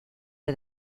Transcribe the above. for